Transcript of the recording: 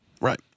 Right